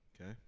Okay